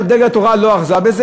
דגל התורה לא אחזה בזה,